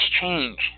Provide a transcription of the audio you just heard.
change